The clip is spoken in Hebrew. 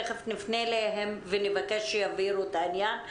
תיכף נפנה אליהם ונבקש שיבהירו את העניין.